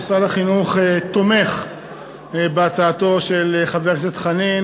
משרד החינוך תומך בהצעתו של חבר הכנסת חנין,